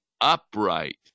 upright